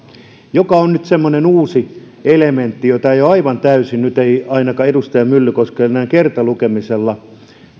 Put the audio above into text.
joka on nyt semmoinen uusi elementti joka ei aivan täysin nyt ainakaan edustaja myllykoskelle näin kertalukemisella